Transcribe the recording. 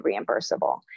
reimbursable